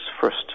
first